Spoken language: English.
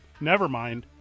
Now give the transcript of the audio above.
Nevermind